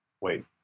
wait